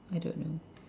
I don't know